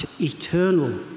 eternal